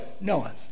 Noah